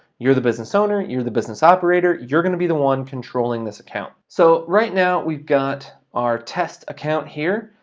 you're the business owner, you're the business operator, you're gonna be the one controlling this account. so, right now, we've got our test account here.